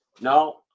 No